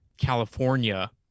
California